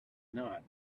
not